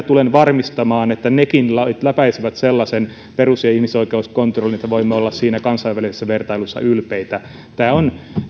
tulen varmistamaan että nekin lait läpäisevät sellaisen perus ja ihmisoikeuskontrollin että voimme olla kansainvälisessä vertailussa ylpeitä tämä on